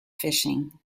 fishing